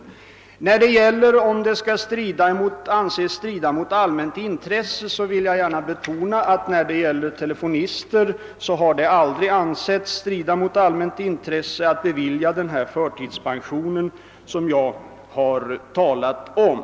Beträffande spörsmålet om vad som menas med att det kan anses strida mot allmänt intresse vill jag betona att det i fråga om telefonister aldrig anses strida mot allmänt intresse att bevilja den förtidspension jag här talat om.